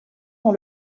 dans